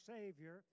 Savior